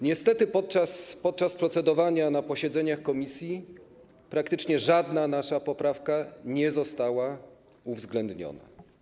Niestety w czasie procedowania na posiedzeniach komisji praktycznie żadna nasza poprawka nie została uwzględniona.